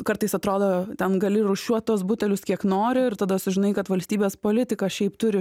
kartais atrodo ten gali rūšiuot tuos butelius kiek nori ir tada sužinai kad valstybės politika šiaip turi